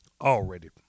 Already